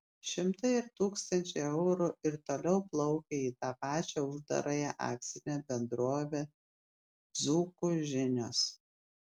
šimtai ir tūkstančiai eurų ir toliau plaukia į tą pačią uždarąją akcinę bendrovę dzūkų žinios